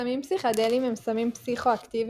סמים פסיכדליים הם סמים פסיכואקטיביים